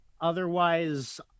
otherwise